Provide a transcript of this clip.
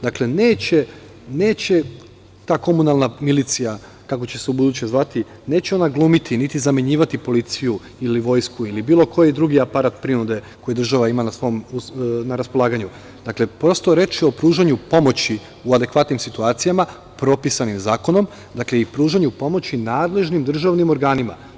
Dakle, neće ta komunalna milicija, kako će se ubuduće zvati, neće ona glumiti, niti zamenjivati policiju ili vojsku ili bilo koji drugi aparat prinude koji država ima na raspolaganju, prosto, reč je o pružanju pomoći u adekvatnim situacijama, propisanim zakonom i pružanju pomoći nadležnim državnim organima.